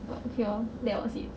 but okay lor that was it